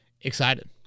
excited